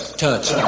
touch